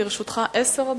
לרשותך עשר דקות.